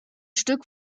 stück